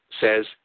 says